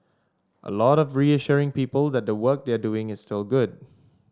a lot of reassuring people that the work they're doing is still good